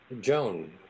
Joan